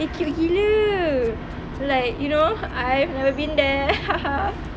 eh cute gila like you know I've never been there haha